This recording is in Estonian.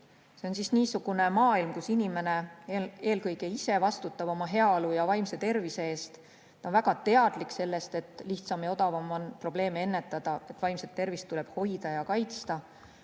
See on niisugune maailm, kus inimene eelkõige ise vastutab oma heaolu ja vaimse tervise eest. Ta on väga teadlik sellest, et lihtsam ja odavam on probleeme ennetada, et vaimset tervist tuleb hoida ja kaitsta.